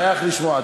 אני שמח לשמוע.